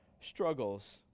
struggles